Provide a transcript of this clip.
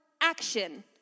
action